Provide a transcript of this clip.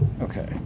Okay